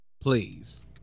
Please